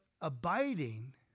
abiding